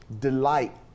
delight